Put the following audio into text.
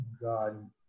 God